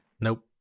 Nope